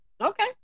Okay